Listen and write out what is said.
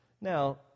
Now